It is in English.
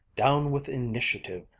down with initiative!